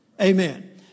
Amen